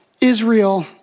Israel